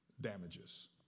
damages